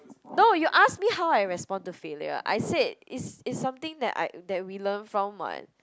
no you asked me how I respond to failure I said is is something that we learn from [what]